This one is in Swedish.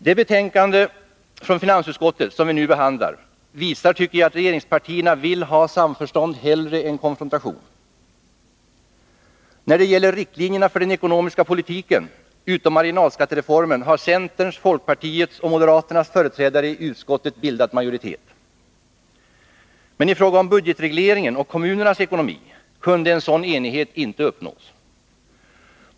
Det betänkande från finansutskottet som vi nu behandlar tycker jag visar att regeringspartierna vill ha samförstånd hellre än konfrontation. När det gäller riktlinjerna för den ekonomiska politiken utom marginalskattereformen har centerns, folkpartiets och moderaternas företrädare i utskottet bildat majoritet. I fråga om budgetregleringen och kommunernas ekonomi kunde en sådan enighet dock inte uppnås.